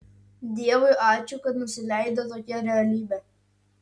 dievui ačiū kad nusileido tokia realybė